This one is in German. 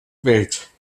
welt